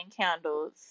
candles